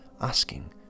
asking